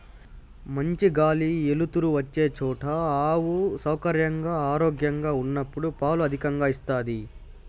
మంచి గాలి ఎలుతురు వచ్చే చోట ఆవు సౌకర్యంగా, ఆరోగ్యంగా ఉన్నప్పుడు పాలు అధికంగా ఇస్తాది